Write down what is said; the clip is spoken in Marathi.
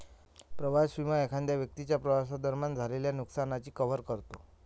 प्रवास विमा एखाद्या व्यक्तीच्या प्रवासादरम्यान झालेल्या नुकसानाची कव्हर करतो